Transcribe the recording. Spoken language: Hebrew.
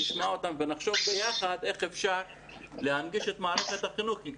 נשמע אותם ונחשוב ביחד איך אפשר להנגיש את מערכת החינוך.